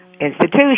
institution